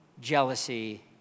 jealousy